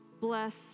Bless